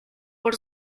por